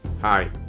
Hi